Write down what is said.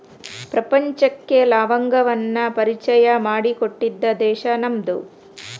ಪ್ರಪಂಚಕ್ಕೆ ಲವಂಗವನ್ನಾ ಪರಿಚಯಾ ಮಾಡಿಕೊಟ್ಟಿದ್ದ ದೇಶಾ ನಮ್ದು